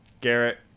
Garrett